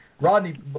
Rodney